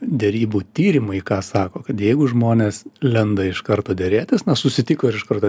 derybų tyrimai ką sako kad jeigu žmonės lenda iš karto derėtis na susitiko ir iš karto